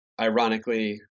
ironically